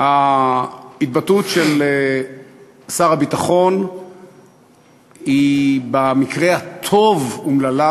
ההתבטאות של שר הביטחון היא במקרה הטוב אומללה,